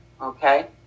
Okay